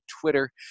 twitter